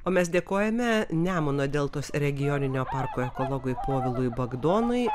o mes dėkojame nemuno deltos regioninio parko ekologui povilui bagdonui